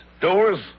doors